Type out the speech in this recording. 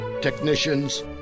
technicians